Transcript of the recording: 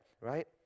right